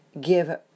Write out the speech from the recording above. give